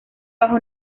bajo